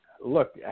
look